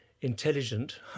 intelligent